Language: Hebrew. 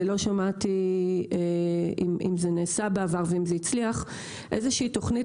לא שמעתי אם זה נעשה בעבר ואם זה הצליח איזושהי תוכנית